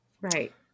right